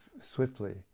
swiftly